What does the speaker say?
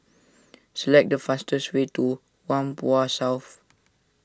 select the fastest way to Whampoa South